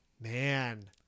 man